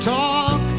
talk